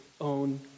own